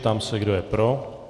Ptám se, kdo je pro.